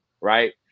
right